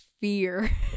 fear